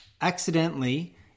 Accidentally